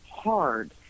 Hard